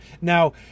Now